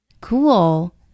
Cool